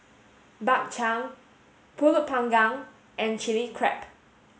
Bak Chang Pulut panggang and Chilli Crab